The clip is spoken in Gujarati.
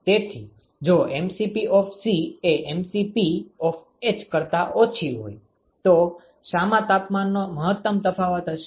તેથી જો c એ h કરતા ઓછી હોય તો શામાં તાપમાનનો મહત્તમ તફાવત હશે